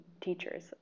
teachers